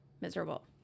miserable